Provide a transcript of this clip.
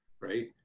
right